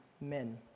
men